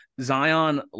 zion